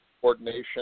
coordination